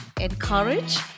encourage